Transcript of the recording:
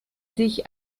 sich